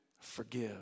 Forgive